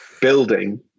building